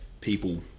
people